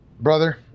brother